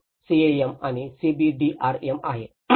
तिथेच CAM आणि CBDRM आहे